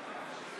האחרונה.